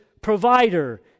provider